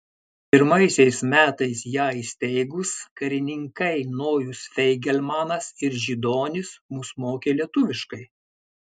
pirmaisiais metais ją įsteigus karininkai nojus feigelmanas ir židonis mus mokė lietuviškai